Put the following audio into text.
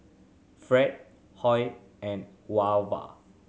Fred Hoy and Wava